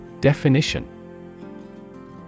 Definition